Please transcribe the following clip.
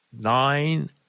Nine